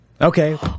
Okay